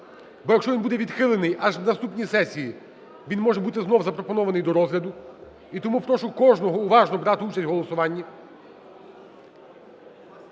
Бо якщо він буде відхилений, аж на наступній сесії він може бути знову запропонований до розгляду. І тому прошу кожного уважно брати участь в голосуванні.